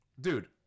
dude